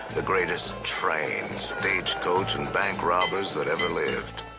the greatest train, stagecoach and bank robbers that ever lived.